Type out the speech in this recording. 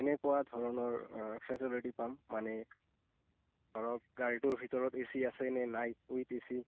কেনেকুৱা ধৰণৰ ফেচিলিটি পাম মানে ধৰক গাড়ীটোৰ ভিতৰত এ চি আছে নে নাই উইঠ এ চি